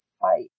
fight